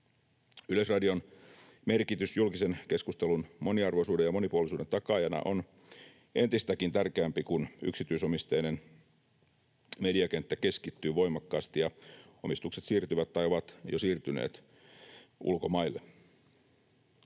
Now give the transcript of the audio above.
Yleisradion merkitys julkisen keskustelun moniarvoisuuden ja monipuolisuuden takaajana on entistäkin tärkeämpi, kun yksityis-omisteinen mediakenttä keskittyy voimakkaasti ja omistukset siirtyvät tai ovat jo siirtyneet ulkomaille.